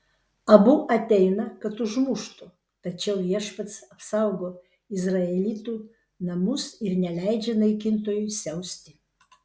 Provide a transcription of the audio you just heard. abu ateina kad užmuštų tačiau viešpats apsaugo izraelitų namus ir neleidžia naikintojui siausti